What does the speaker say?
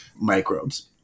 microbes